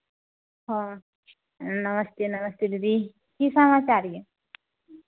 हाँ नमस्ते नमस्ते दीदी की समाचार यए